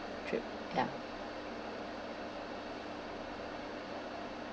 trip ya